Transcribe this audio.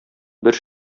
бер